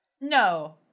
No